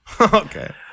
Okay